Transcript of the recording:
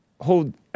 hold